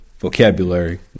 Vocabulary